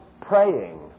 praying